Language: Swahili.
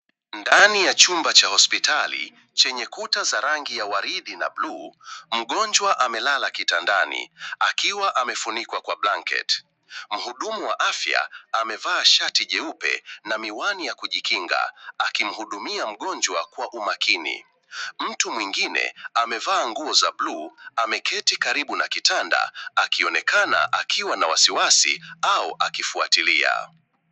Ndani ya chumba cha hospitali chenye kuta za rangi ya waridi na buluu mgonjwa amelala kitandani akiwa amefunikwa kwa blanketi. Mhudumu wa afya amevaa shati jeupe na miwani ya kujikinga akimhudumia mgonjwa kwa umakini. Mtu mwingine amevaa nguo za buluu ameketi karibu na kitanda akionekana akiwa na wasiwasi au akifuatilia.